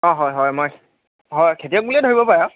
অঁ হয় হয় মই হয় খেতিয়ক বুলিয়েই ধৰিব পাৰে আৰু